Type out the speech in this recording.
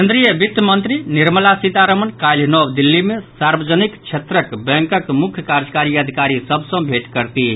केन्द्रीय वित्त मंत्री निर्मला सीतारमण काल्हि नव दिल्ली मे सार्वजनिक क्षेत्रक बैंकक मुख्य कार्यकारी अधिकारी सभ सॅ भेट करतिह